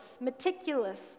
meticulous